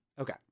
Okay